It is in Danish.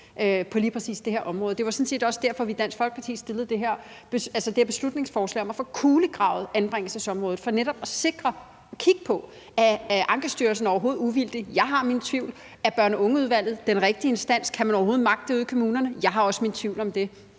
på lige præcis det her område. Det var sådan set også derfor, at vi i Dansk Folkeparti fremsatte det her beslutningsforslag om at få kulegravet anbringelsesområdet; det var for netop at sikre at få kigget på, om Ankestyrelsen overhovedet er uvildig – jeg har mine tvivl – og om børn og unge-udvalget er den rigtige instans; kan man overhovedet magte det ude i kommunerne? Jeg har også mine tvivl om det.